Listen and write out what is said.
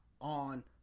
on